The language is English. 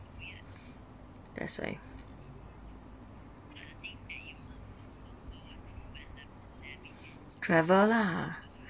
that's why travel lah